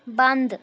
ਬੰਦ